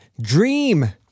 dream